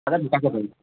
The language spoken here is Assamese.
আজাদ হোকাচাপৰিৰ